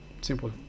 Simple